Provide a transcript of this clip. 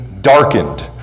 darkened